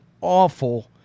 awful